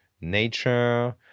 nature